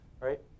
right